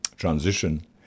transition